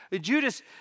Judas